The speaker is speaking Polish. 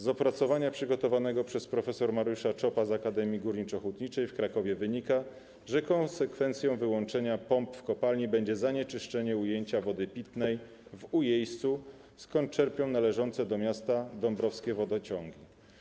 Z opracowania przygotowanego przez prof. Mariusza Czopa z Akademii Górniczo-Hutniczej w Krakowie wynika, że konsekwencją wyłączenia pomp w kopalni będzie zanieczyszczenie ujęcia wody pitnej w Ujejscu, skąd czerpią ją należące do miasta dąbrowskie wodociągi.